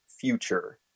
future